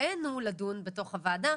בבואנו לדון בתוך הוועדה,